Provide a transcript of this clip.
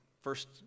first